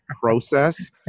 process